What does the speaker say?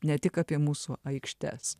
ne tik apie mūsų aikštes